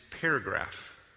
paragraph